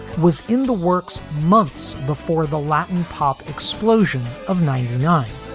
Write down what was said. was in the works months before the latin pop explosion of ninety nine.